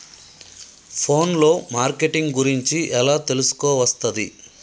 Phone లో marketing గురించి ఎలా తెలుసుకోవస్తది?